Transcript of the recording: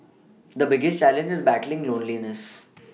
the biggest challenge is battling loneliness